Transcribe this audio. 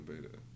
beta